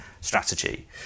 strategy